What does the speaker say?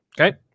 Okay